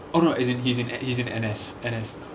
oh no as in he's in he's in N_S N_S